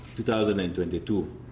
2022